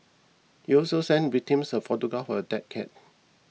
he also sent victims a photograph for a dead cat